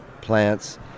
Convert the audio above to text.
plants